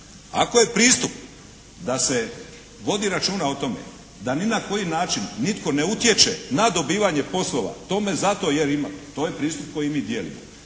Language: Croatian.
Ako je pristup da se vodi računa o tome da ni na koji način nitko ne utječe na dobivanje poslova, tome zato jer ima, to je pristup koji mi dijelimo.